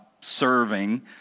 serving